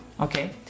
Okay